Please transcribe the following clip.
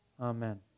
amen